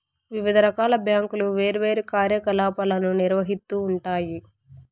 వివిధ రకాల బ్యాంకులు వేర్వేరు కార్యకలాపాలను నిర్వహిత్తూ ఉంటాయి